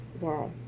Wow